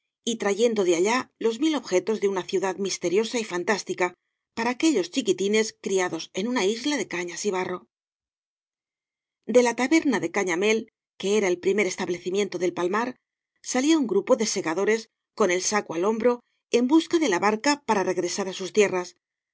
y trayendo de allá los mil objetos de una ciudad misteriosa y fantástica para aquellos chiquitines criados en una isla de cañas y barro de la taberna de cañamél que era el primer establecimiento del palmar salía un grupo de segadores con el saco al hombro en busca de la barca para regresar á sus tierras